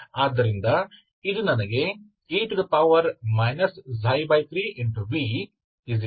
ಆದ್ದರಿಂದ ಇದು ನನಗೆ e 3